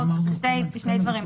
שני דברים,